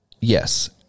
yes